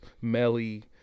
melly